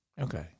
Okay